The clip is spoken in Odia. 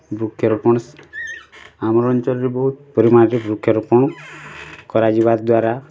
ବୃକ୍ଷରୋପଣ ଆମ ଅଞ୍ଚଲରେ ବହୁତ୍ ପରିମାଣରେ ବୃକ୍ଷରୋପଣ କରାଯିବା ଦ୍ୱାରା